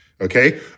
okay